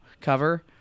cover